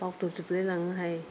बावदब जोबलाय लाङोहाय